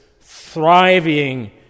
thriving